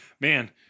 man